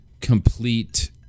complete